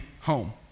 home